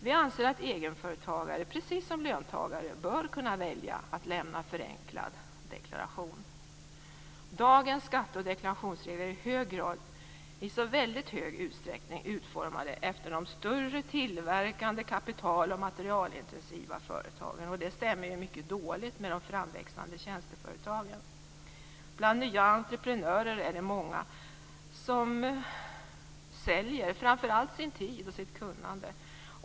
Vi anser att egenföretagare, precis som löntagare, bör kunna välja att lämna förenklad deklaration. Dagens skatte och deklarationsregler är i så väldigt stor utsträckning utformade efter de större tillverkande kapital och materialintensiva företagen. Det stämmer mycket dåligt med det framväxande tjänsteföretagandet. Bland nya entreprenörer är det många som säljer framför allt sin tid och sitt kunnande.